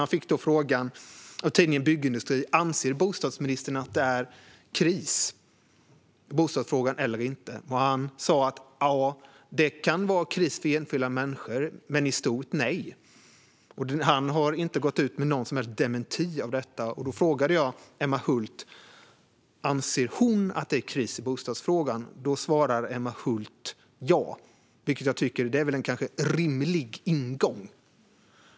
Han fick frågan av tidningen Byggindustrin: Anser bostadsministern att det är kris i bostadsfrågan eller inte? Han svarade: Det kan vara kris för enskilda människor, men i stort: nej. Bostadsministern har inte gått ut med någon som helst dementi av detta. Jag frågade Emma Hult om hon anser att det är kris i bostadsfrågan. Då svarade Emma Hult ja, och det är väl en rimlig ingång.